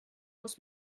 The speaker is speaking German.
muss